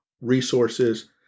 resources